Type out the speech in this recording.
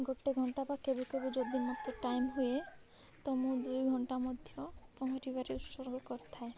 ଗୋଟେ ଘଣ୍ଟା ବା କେବେ କେବେ ଯଦି ମୋତେ ଟାଇମ୍ ହୁଏ ତ ମୁଁ ଦୁଇ ଘଣ୍ଟା ମଧ୍ୟ ପହଁଞ୍ଚିବାରେ ଉତ୍ସର୍ଗ କରିଥାଏ